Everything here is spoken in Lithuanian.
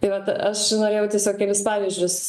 tai vat aš norėjau tiesiog kelis pavyzdžius